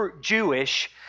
Jewish